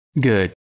Good